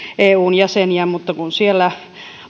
eun jäseniä mutta kun siellä